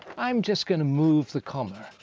i'm just gonna move the comma.